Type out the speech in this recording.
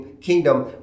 kingdom